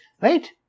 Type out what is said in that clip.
right